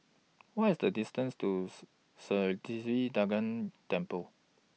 What IS The distance Tooth Sri Siva Durga Temple